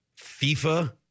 FIFA